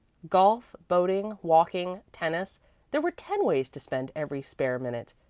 golf, boating, walking, tennis there were ten ways to spend every spare minute.